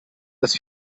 das